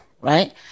Right